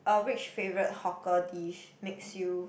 uh which favourite hawker dish makes you